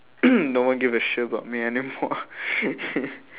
no one give a shit about me anymore